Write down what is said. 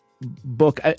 book